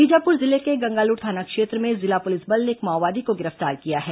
बीजापुर जिले के गंगालूर थाना क्षेत्र में जिला पुलिस बल ने एक माओवादी को गिरफ्तार किया है